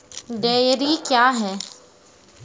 Dairy क्या हैं?